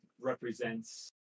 represents